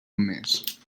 mes